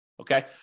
okay